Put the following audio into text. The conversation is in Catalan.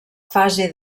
fase